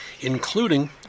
including